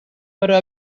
però